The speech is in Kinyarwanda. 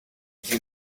ese